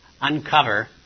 uncover